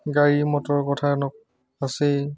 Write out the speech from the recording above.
গাড়ী মটৰৰ কথা আছেই